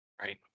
Right